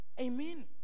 Amen